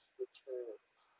returns